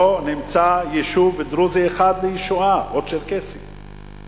לא נמצא יישוב דרוזי או צ'רקסי אחד לישועה.